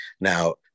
now